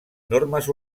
normes